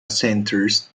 centers